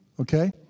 okay